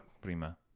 prima